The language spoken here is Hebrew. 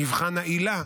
מבחן העילה,